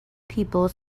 people